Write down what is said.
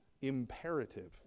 imperative